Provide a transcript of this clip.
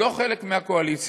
לא חלק מהקואליציה.